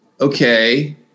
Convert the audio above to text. okay